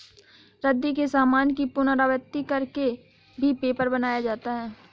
रद्दी के सामान की पुनरावृति कर के भी पेपर बनाया जाता है